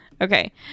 okay